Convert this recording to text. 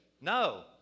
No